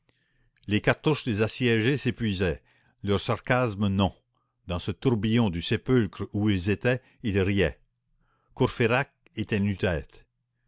les cartouches des assiégés s'épuisaient leurs sarcasmes non dans ce tourbillon du sépulcre où ils étaient ils riaient courfeyrac était nu-tête